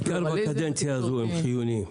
בעיקר בקדנציה הזו הם חיוניים.